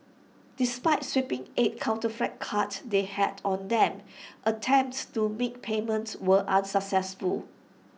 despite swiping eight counterfeit cards they had on them attempts to make payments were unsuccessful